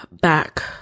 back